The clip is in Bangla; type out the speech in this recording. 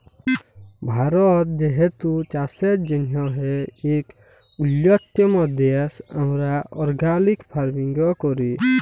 ভারত যেহেতু চাষের জ্যনহে ইক উল্যতম দ্যাশ, আমরা অর্গ্যালিক ফার্মিংও ক্যরি